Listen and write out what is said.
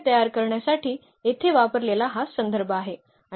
व्याख्याने तयार करण्यासाठी येथे वापरलेला हा संदर्भ आहे